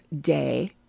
day